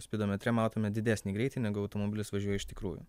spidometre matome didesnį greitį negu automobilis važiuoja iš tikrųjų